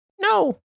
no